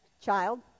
Child